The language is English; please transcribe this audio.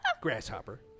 Grasshopper